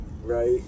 right